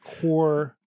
core